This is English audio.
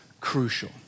crucial